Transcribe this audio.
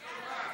בשביל מה?